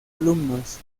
alumnos